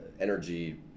energy